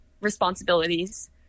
responsibilities